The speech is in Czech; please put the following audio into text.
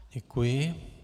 Děkuji.